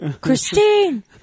Christine